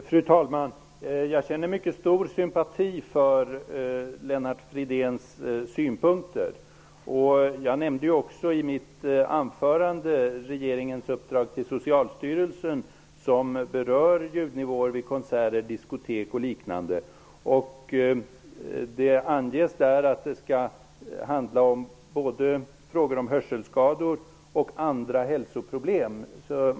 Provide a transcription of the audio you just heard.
Fru talman! Jag känner mycket stor sympati för Lennart Fridéns synpunkter. Jag nämnde ju i mitt anförande också regeringens uppdrag till Socialstyrelsen. Det berör ljudnivåer vid konserter, diskotek och liknande, och det anges att det handlar om både hörselskador och andra hälsoproblem.